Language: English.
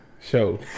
Show